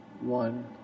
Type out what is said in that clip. one